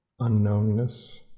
unknownness